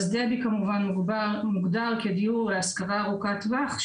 דב"י כמובן מוגדר כדיור להשכרה ארוכת טווח,